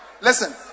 Listen